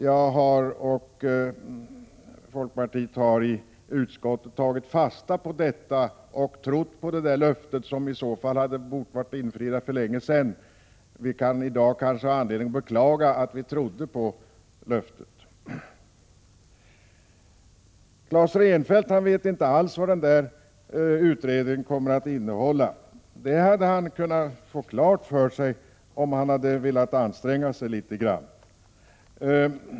Jag och vi i folkpartiet har i utskottet tagit fasta på detta och trott på löftet — som i så fall hade bort vara infriat för länge sedan. I dag kan vi kanske ha anledning att beklaga att vi trodde på löftet. Claes Rensfeldt vet inte alls vad utredningen kommer att innehålla. Det 159 hade han kunnat få klart för sig om han hade velat anstränga sig litet grand.